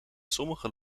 sommige